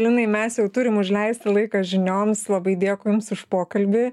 linai mes jau turim užleisti laiką žinioms labai dėkui jums už pokalbį